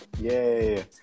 yay